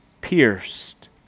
pierced